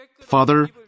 Father